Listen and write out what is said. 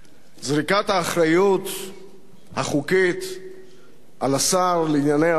זריקת האחריות החוקית על השר לענייני העורף,